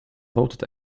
voted